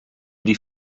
die